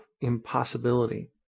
impossibility